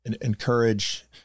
encourage